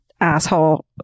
Asshole